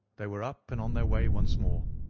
they were up and on their way once more.